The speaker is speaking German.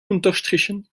unterstrichen